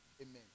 Amen